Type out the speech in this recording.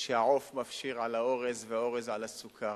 כשהעוף מפשיר על האורז והאורז על הסוכר